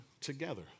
together